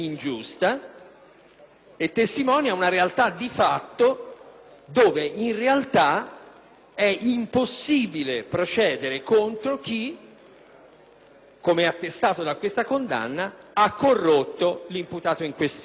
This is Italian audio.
e che nella realtà in cui viviamo è impossibile procedere contro chi, come attestato da questa condanna, ha corrotto l'imputato in questione.